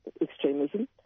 extremism